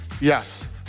Yes